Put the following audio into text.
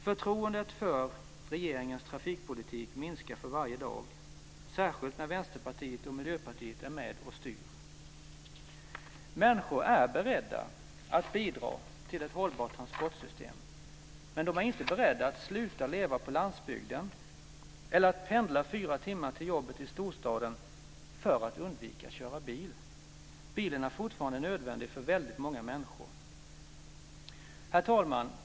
Förtroendet för regeringens trafikpolitik minskar för varje dag, särskilt när Vänsterpartiet och Miljöpartiet är med och styr. Människor är beredda att bidra till ett hållbart transportsystem, men de är inte beredda att sluta leva på landsbygden eller att pendla fyra timmar till jobbet i storstaden för att undvika att köra bil. Bilen är fortfarande nödvändig för väldigt många människor. Herr talman!